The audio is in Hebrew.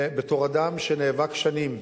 בתור אדם שנאבק שנים,